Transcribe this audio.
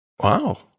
Wow